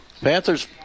Panthers